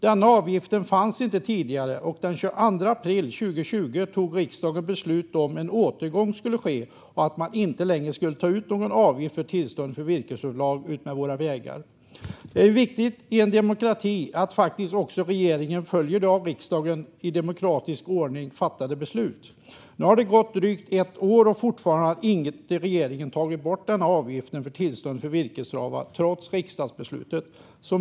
Denna avgift fanns inte tidigare, och den 22 april 2020 tog riksdagen beslut om att en återgång skulle ske och att man inte längre skulle ta ut någon avgift för tillstånd för virkesupplag utmed våra vägar. Det är ju viktigt i en demokrati att regeringen följer beslut som fattats av riksdagen i demokratisk ordning. Nu har det gått drygt ett år sedan riksdagsbeslutet, men regeringen har fortfarande inte tagit bort avgiften för tillstånd för virkestravar.